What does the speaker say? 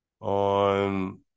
on